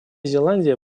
зеландия